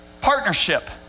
Partnership